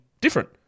different